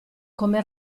come